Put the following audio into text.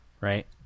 Right